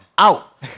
out